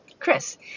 Chris